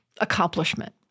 accomplishment